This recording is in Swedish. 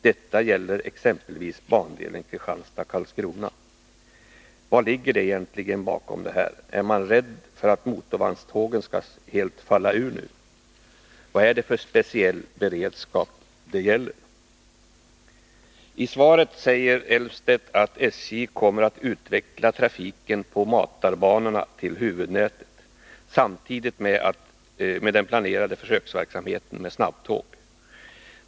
Detta gäller exempelvis bandelen Karlskrona-Kristianstad.” Vad ligger egentligen bakom det här? Är man rädd för att motorvagnstågen helt skall falla ur? Vad är det för speciell beredskap det gäller? I svaret säger Claes Elmstedt att SJ kommer att utveckla trafiken på matarbanorna till huvudnätet samtidigt med den planerade försöksverksamheten med snabbtåg.